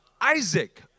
Isaac